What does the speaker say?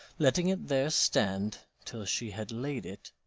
letting it there stand till she had laid it,